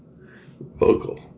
Vocal